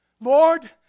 Lord